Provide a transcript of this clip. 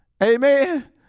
amen